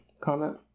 comment